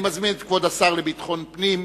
אני מזמין את כבוד השר לביטחון פנים